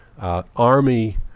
Army